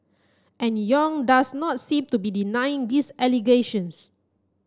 and Yong does not seem to be denying these allegations